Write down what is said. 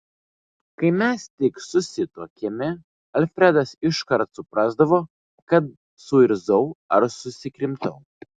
kai mes tik susituokėme alfredas iškart suprasdavo kad suirzau ar susikrimtau